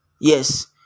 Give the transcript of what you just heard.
Yes